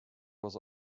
was